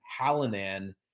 Hallinan